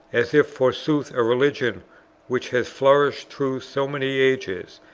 as if forsooth a religion which has flourished through so many ages,